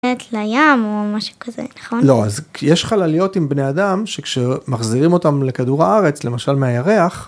לים או משהו כזה, נכון? -לא, אז יש חלליות עם בני אדם שכשמחזירים אותם לכדור הארץ, למשל מהירח.